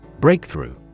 Breakthrough